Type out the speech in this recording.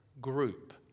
group